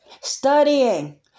Studying